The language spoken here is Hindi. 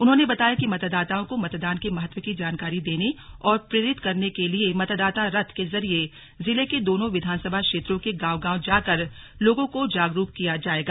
उन्होंने बताया कि मतदाताओं को मतदान के महत्व की जानकारी देने और प्रेरित करने के लिए मतदाता रथ के जरिए जिले के दोनों विधानसभा क्षेत्रों के गांव गांव जाकर लोगों को जागरूक किया जाएगा